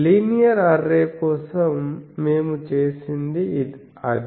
linear array కోసం మేము చేసింది అదే